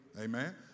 Amen